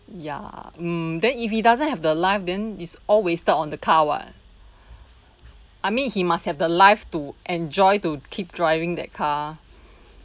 ya mm then if he doesn't have the life then is all wasted on the car [what] I mean he must have the life to enjoy to keep driving that car